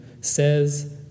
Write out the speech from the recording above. says